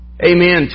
Amen